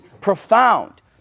profound